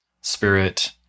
spirit